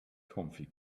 comfy